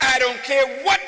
i don't care what